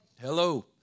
Hello